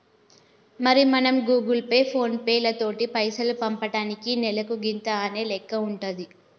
మరి మనం Google Pay ఫోన్ పేలతోటి పైసలు పంపటానికి నెలకు గింత అనే లెక్క ఉంటుంది